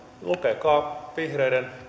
lukekaa vihreiden